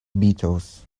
beatles